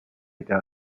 était